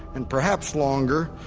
and perhaps longer,